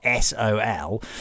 SOL